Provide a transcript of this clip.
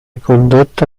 condotta